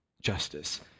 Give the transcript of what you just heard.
justice